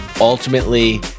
ultimately